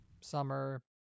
summer